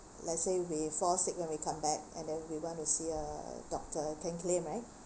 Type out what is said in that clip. let's say we fall sick when we come back and then we want to see a doctor can claim right